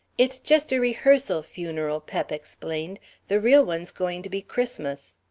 it's just a rehearsal funeral, pep explained the real one's going to be christmas.